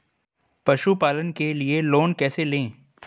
पशुपालन के लिए लोन कैसे लें?